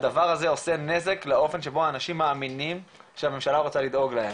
הדבר הזה עושה נזק לאופן שבו האנשים מאמינים שהממשלה רוצה לדאוג להם.